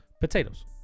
Potatoes